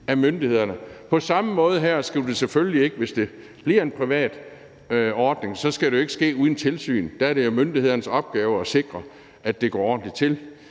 af myndighederne. På samme måde med det her skal det ikke, hvis det bliver en privat ordning, ske uden tilsyn, for der er det jo myndighedernes opgave at sikre, at det går ordentligt til.